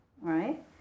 right